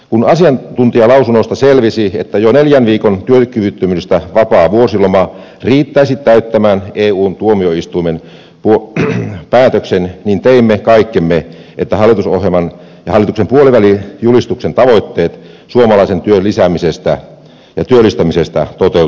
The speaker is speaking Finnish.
kun asiantuntijalausunnoista selvisi että jo neljän viikon työkyvyttömyydestä vapaa vuosiloma riittäisi täyttämään eun tuomioistuimen päätöksen niin teimme kaikkemme että hallitusohjelman ja hallituksen puolivälijulistuksen tavoitteet suomalaisen työn lisäämisestä ja työllistämisestä toteutuisivat